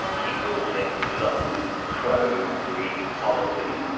he brought in lots of pro-green policy,